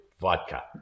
vodka